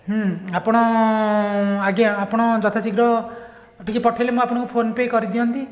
ହୁଁ ଆପଣ ଆଜ୍ଞା ଆପଣ ଯଥା ଶୀଘ୍ର ଟିକିଏ ପଠେଇଲେ ମୁଁ ଆପଣଙ୍କୁ ଫୋନ ପେ' କରିଦିଅନ୍ତି